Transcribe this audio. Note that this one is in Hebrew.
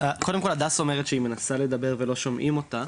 קודם כל הדס אומרת שהיא מנסה לדבר ולא שומעים אותה.